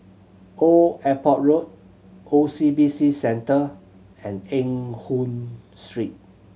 Old Airport Road O C B C Centre and Eng Hoon Street